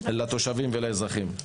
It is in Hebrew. לתושבים ולאזרחים.